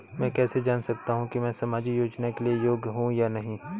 मैं कैसे जान सकता हूँ कि मैं सामाजिक योजना के लिए योग्य हूँ या नहीं?